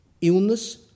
illness